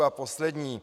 A poslední.